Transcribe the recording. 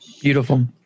beautiful